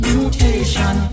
Mutation